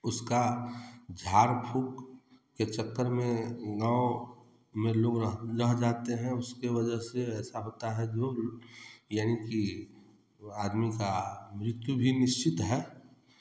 उसका झाड़ फूँक के चक्कर में गाँव में लोग रह रह जाते हैं उसके वजह से ऐसा होता है जो यानी कि आदमी का मृत्यु भी निश्चित है